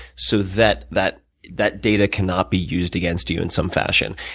so that that that data cannot be used against you in some fashion.